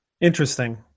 Interesting